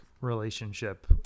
relationship